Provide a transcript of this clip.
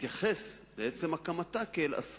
להתייחס לעצם הקמתה כאל אסון.